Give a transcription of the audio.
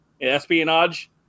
espionage